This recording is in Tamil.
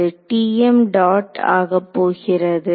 Tm dot ஆகப்போகிறது